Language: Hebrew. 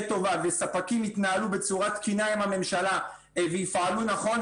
טובה והספקים יתנהלו בצורה תקינה עם הממשלה ויפעלו נכון,